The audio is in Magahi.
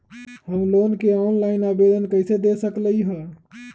हम लोन के ऑनलाइन आवेदन कईसे दे सकलई ह?